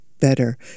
better